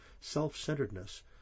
self-centeredness